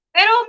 Pero